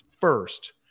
first